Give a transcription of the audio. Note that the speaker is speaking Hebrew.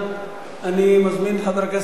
אני מזמין את חבר הכנסת יעקב כץ